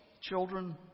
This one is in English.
children